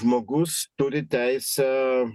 žmogus turi teisę